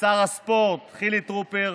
לשר הספורט חילי טרופר,